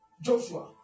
Joshua